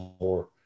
more